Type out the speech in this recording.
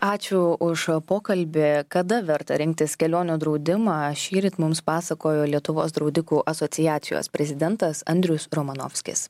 ačiū už pokalbį kada verta rinktis kelionių draudimą šįryt mums pasakojo lietuvos draudikų asociacijos prezidentas andrius romanovskis